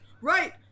Right